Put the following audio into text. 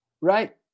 Right